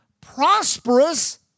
prosperous